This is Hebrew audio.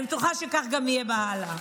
אני בטוחה שכך יהיה גם הלאה.